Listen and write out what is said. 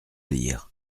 lire